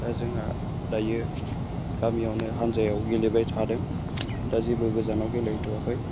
दा जोंहा दायो गामियावनो हान्जायाव गेलेबाय थादों दा जेबो गोजानाव गेलेहैथ'वाखै